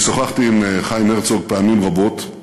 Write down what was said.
אני שוחחתי עם חיים הרצוג פעמים רבות,